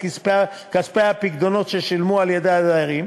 כספי הפיקדונות ששולמו על-ידי הדיירים,